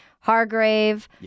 Hargrave